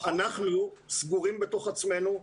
אנחנו סגורים בתוך עצמנו,